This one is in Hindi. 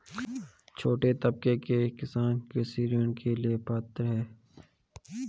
छोटे तबके के किसान कृषि ऋण के लिए पात्र हैं?